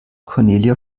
cornelia